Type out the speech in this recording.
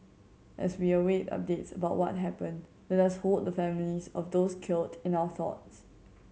as we await updates about what happened let us hold the families of those killed in our thoughts